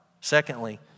Secondly